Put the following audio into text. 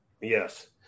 Yes